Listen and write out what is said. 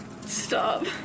Stop